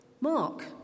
Mark